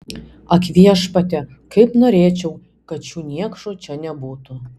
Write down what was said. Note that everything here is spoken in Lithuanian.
ak viešpatie kaip norėčiau kad šių niekšų čia nebūtų